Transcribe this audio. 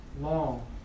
long